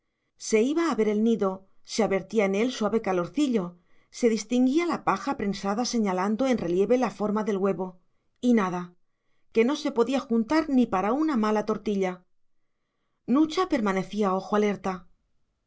se iba a ver el nido se advertía en él suave calorcillo se distinguía la paja prensada señalando en relieve la forma del huevo y nada que no se podía juntar ni para una mala tortilla nucha permanecía ojo alerta